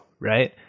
right